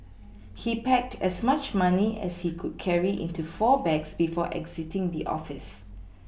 he packed as much money as he could carry into four bags before exiting the office